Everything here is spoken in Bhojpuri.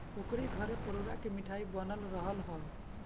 ओकरी घरे परोरा के मिठाई बनल रहल हअ